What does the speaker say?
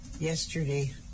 yesterday